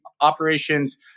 operations